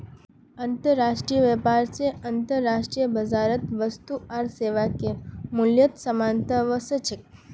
अंतर्राष्ट्रीय व्यापार स अंतर्राष्ट्रीय बाजारत वस्तु आर सेवाके मूल्यत समानता व स छेक